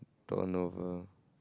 turn over